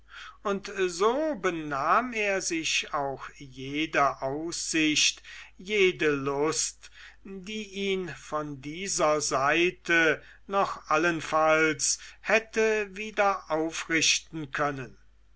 und so benahm er sich auch jede aussicht jede lust die ihn von dieser seite noch allenfalls hätte wieder aufrichten können